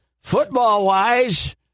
football-wise